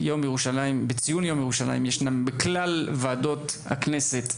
שאני מקווה וחושב שבכלל ועדות הכנסת,